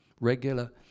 regular